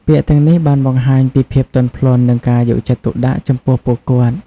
ពាក្យទាំងនេះបានបង្ហាញពីភាពទន់ភ្លន់ និងការយកចិត្តទុកដាក់ចំពោះពួកគាត់។